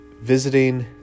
visiting